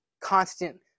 constant